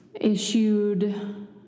issued